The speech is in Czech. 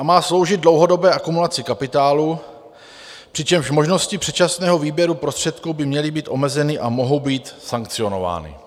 Má sloužit dlouhodobé akumulaci kapitálu, přičemž možnosti předčasného výběru prostředků by měly být omezeny a mohou být sankcionovány.